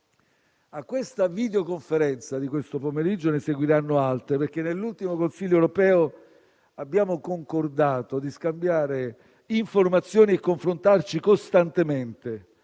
Alla videoconferenza di questo pomeriggio ne seguiranno altre perché nell'ultimo Consiglio europeo abbiamo concordato di scambiare informazioni e confrontarci costantemente